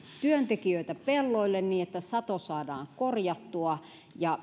työntekijöitä pelloille niin että sato saadaan korjattua ja